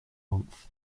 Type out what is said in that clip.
month